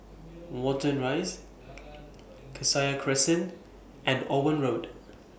Watten Rise Cassia Crescent and Owen Road